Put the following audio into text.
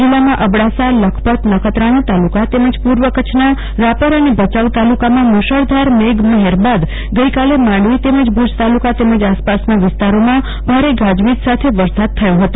જિલ્લામાં અબડાસાલખપતનખત્રાણા તાલુકા તેમજ પુર્વ કચ્છના રાપર અને ભયાઉ તાલુકામાં મુશળધાર મેઘમહેર બાદ ગઈકાલે માંડવી તેમજ ભુજ તાલુકાના તેમજ આસપાસના વિસ્તારોમાં ભારે ગાજવીજ સાથે થયો હતો